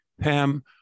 Pam